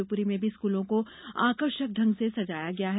शिवपुरी में भी स्कूलों को आकर्षक ढंग से सजाया गया है